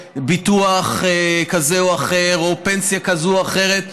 ביטוח כזה או אחר או פנסיה כזאת או אחרת.